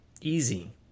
easy